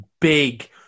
big